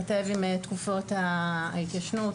צריך להתיישב עם העובדה שחוק מניעת העסקת עברייני מין